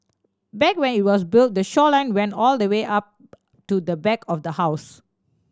back when it was built the shoreline went all the way up to the back of the house